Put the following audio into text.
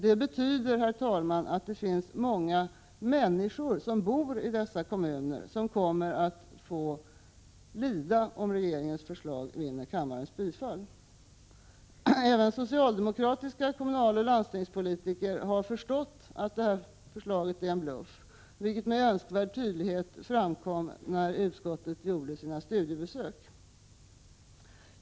Det betyder, herr talman, att många människor i dessa kommuner får lida, om regeringens förslag vinner kammarens bifall. Även socialdemokratiska kommunaloch landstingspolitiker har förstått att förslaget är en bluff, vilket med önskvärd tydlighet framgick vid utskottets studiebesök.